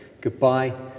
goodbye